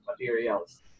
materials